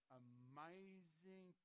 amazing